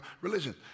religion